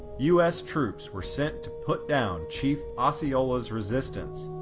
us troops were sent to put down chief osceola's resistance,